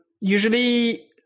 usually